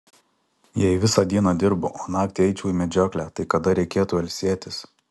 jei visą dieną dirbu o naktį eičiau į medžioklę tai kada reikėtų ilsėtis